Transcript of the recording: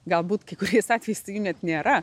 galbūt kai kuriais atvejais tai net nėra